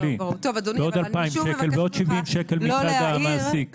זה עוד 2,000 שקל ועוד 70 שקלים מצד המעסיק.